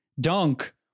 dunk